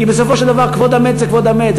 כי בסופו של דבר כבוד המת זה כבוד המת,